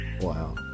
Wow